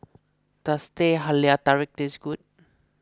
does Teh Halia Tarik taste good